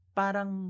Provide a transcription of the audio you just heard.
parang